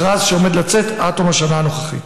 מכרז שעומד לצאת עד תום השנה הנוכחית.